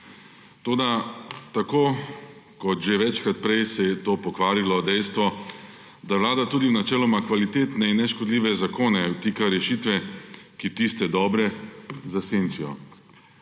Toda kot že večkrat prej je vse to pokvarilo dejstvo, da vlada tudi načeloma v kvalitetne in neškodljive zakone vtika rešitve, ki tiste dobre zasenčijo.